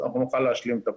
נוכל להשלים את הפער.